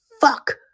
fuck